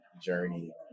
journey